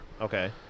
Okay